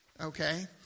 Okay